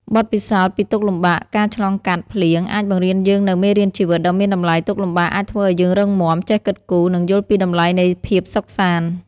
បទពិសោធន៍ពីទុក្ខលំបាក ការឆ្លងកាត់ "ភ្លៀង" អាចបង្រៀនយើងនូវ មេរៀនជីវិត ដ៏មានតម្លៃ ទុក្ខលំបាកអាចធ្វើឲ្យយើងរឹងមាំ ចេះគិតគូរ និងយល់ពីតម្លៃនៃភាពសុខសាន្ត។